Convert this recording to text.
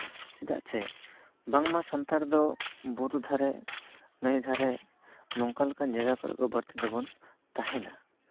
ᱪᱮᱫᱟᱜ ᱥᱮ ᱵᱟᱝᱢᱟ ᱥᱟᱱᱛᱟᱲ ᱫᱚ ᱵᱩᱨᱩ ᱫᱷᱟᱨᱮ ᱱᱟᱹᱭ ᱫᱷᱟᱨᱮ ᱱᱚᱝᱠᱟ ᱞᱮᱠᱟ ᱡᱟᱭᱜᱟ ᱠᱚᱨᱮᱜ ᱫᱚ ᱵᱟᱹᱲᱛᱤ ᱫᱚᱵᱚᱱ ᱛᱟᱦᱮᱱᱟ